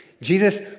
Jesus